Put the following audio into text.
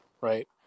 right